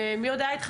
ומי עוד היה איתך?